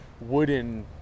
wooden